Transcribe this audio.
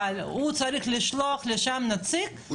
אבל הוא צריך לשלוח לשם נציג של אחת --- הוא